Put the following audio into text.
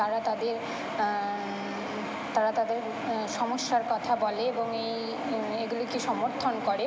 তারা তাদের তারা তাদের সমস্যার কথা বলে এবং এই এগুলিকে সমর্থন করে